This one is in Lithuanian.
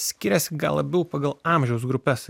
skiriasi gal labiau pagal amžiaus grupes